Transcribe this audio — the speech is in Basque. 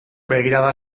begirada